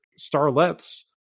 starlets